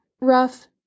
rough